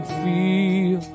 feel